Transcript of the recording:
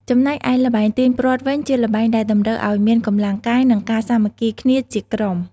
ចំណែកឯល្បែងទាញព្រ័ត្រវិញ ជាល្បែងដែលតម្រូវឲ្យមានកម្លាំងកាយ និងការសាមគ្គីគ្នាជាក្រុម។